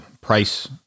price